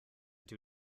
two